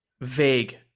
vague